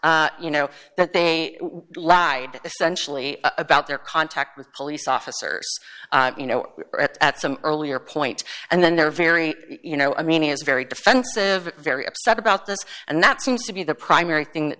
fact you know that they lied essentially about their contact with police officers you know at some earlier point and then they're very you know i mean it's very defensive very upset about this and that seems to be the primary thing